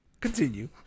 continue